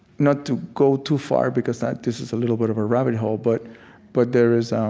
not to go too far, because then this is a little bit of a rabbit hole, but but there is um